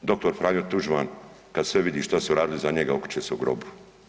Dr. Franjo Tuđman kad sve vidi šta su radili za njega, okreće se u grobu.